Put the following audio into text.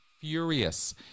furious